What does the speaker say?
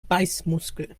beißmuskel